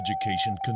Education